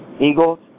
Eagles